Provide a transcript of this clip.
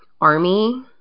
army